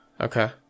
Okay